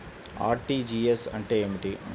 RTGS అంటే ఏమిటి?